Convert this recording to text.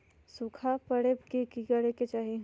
सूखा पड़े पर की करे के चाहि